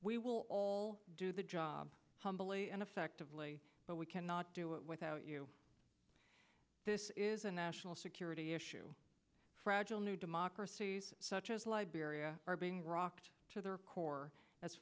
we will all do the job humbly and effectively but we cannot do it without you this is a national security issue fragile new democracies such as liberia are being rocked to their core that's